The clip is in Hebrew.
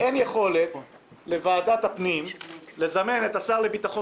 אין יכולת לוועדת הפנים לזמן את השר לביטחון